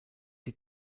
die